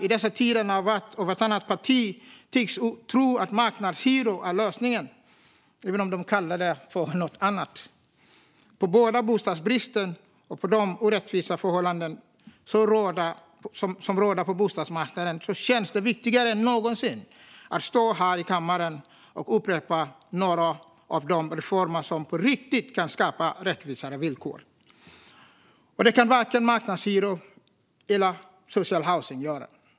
I dessa tider, när vart och vartannat parti tycks tro att marknadshyror är lösningen både på bostadsbristen och på de orättvisa förhållanden som råder på bostadsmarknaden, känns det viktigare än någonsin att stå här i kammaren och upprepa några av de reformer som på riktigt kan skapa rättvisare villkor. Och det kan varken marknadshyror eller social housing göra.